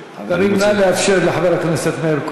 חברים, חברים, נא לאפשר לחבר הכנסת מאיר כהן.